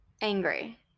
angry